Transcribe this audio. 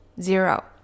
Zero